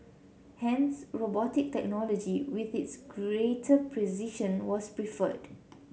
hence robotic technology with its greater precision was preferred